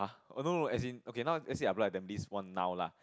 oh no no as in okay now let's say I apply at Tampines one now lah